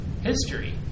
history